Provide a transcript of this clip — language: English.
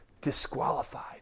disqualified